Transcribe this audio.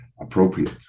appropriate